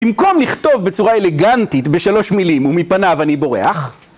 במקום לכתוב בצורה אלגנטית בשלוש מילים ומפניו אני בורח